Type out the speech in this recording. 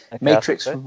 Matrix